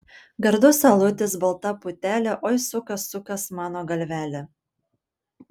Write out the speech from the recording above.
gardus alutis balta putelė oi sukas sukas mano galvelė